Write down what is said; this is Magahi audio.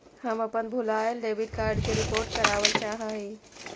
हम अपन भूलायल डेबिट कार्ड के रिपोर्ट करावल चाह ही